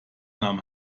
nahm